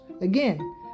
again